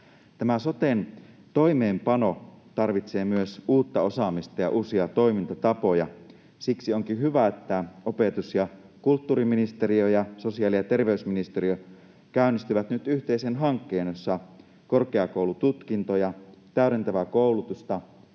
Soten toimeenpano tarvitsee myös uutta osaamista ja uusia toimintatapoja. Siksi onkin hyvä, että opetus- ja kulttuuriministeriö ja sosiaali- ja terveysministeriö käynnistävät nyt yhteisen hankkeen, jossa korkeakoulututkintoja, täydentävää koulutusta,